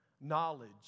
Knowledge